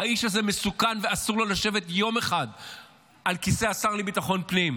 האיש הזה מסוכן ואסור לו לשבת יום אחד על כיסא השר לביטחון פנים.